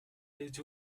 êtes